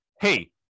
hey